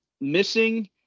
missing –